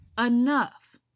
enough